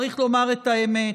צריך לומר את האמת: